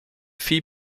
fille